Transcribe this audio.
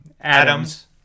Adams